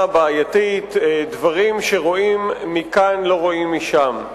הבעייתית: דברים שרואים מכאן לא רואים משם.